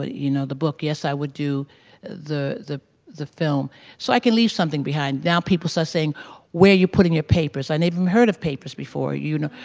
ah you know, the book. yes, i would do the the the film so i can leave something behind. now people start so saying where are you putting your papers i never heard of papers before. you know,